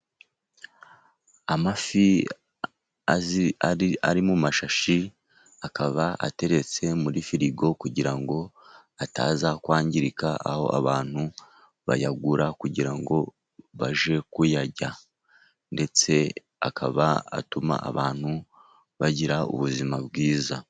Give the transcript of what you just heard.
Amafi ari mu mashashi, akaba ateretse muri firigo, kugira ngo ataza kwangirika, aho abantu bayagura kugira ngo bajye kuyarya. Ndetse akaba atuma abantu bagira ubuzima bwiza.